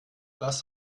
was